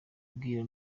bwira